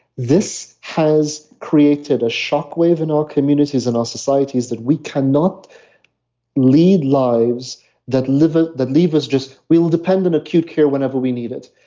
this has created a shockwave in our communities and our societies that we cannot lead lives that lives that leave us just, we will depend on acute care whenever we need it.